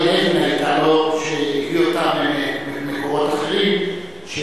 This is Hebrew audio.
שהביא אותה ממקורות אחרים,